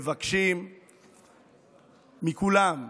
מבקשים מכולם,